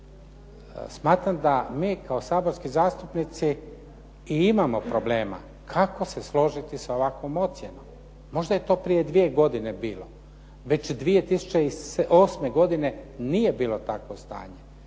Smatram da mi kao saborski zastupnici i imamo problema kako se složiti sa ovakvom ocjenom. Možda je to prije dvije godine bilo. Već 2008. godine nije bilo takvo stanje,